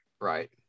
Right